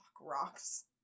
rocks